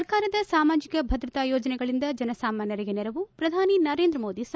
ಸರ್ಕಾರದ ಸಾಮಾಜಿಕ ಭದ್ರತಾ ಯೋಜನೆಗಳಿಂದ ಜನಸಾಮಾನ್ವರಿಗೆ ನೆರವು ಪ್ರಧಾನಿ ನರೇಂದ್ರ ಮೋದಿ ಸಮರ್ಥನೆ